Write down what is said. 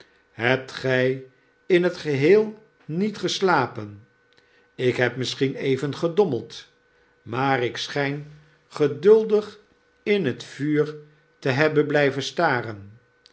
hebt gij in het geheel niet geslapen lk heb misschien even gedommefd maar ik schijn geduldig in het vuur te hebben blijven staren